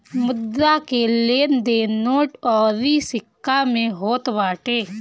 मुद्रा के लेन देन नोट अउरी सिक्का में होत बाटे